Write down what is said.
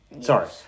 Sorry